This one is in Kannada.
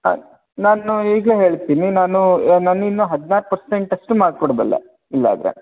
ಹಾಂ ನಾನು ಈಗಲೇ ಹೇಳ್ತೀನಿ ನಾನು ನಾನಿನ್ನು ಹದಿನಾಲ್ಕು ಪರ್ಸೆಂಟ್ ಅಷ್ಟು ಮಾಡ್ಕೋಡ ಬಲ್ಲೆ ಇಲ್ಲಾದರೆ